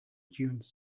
dunes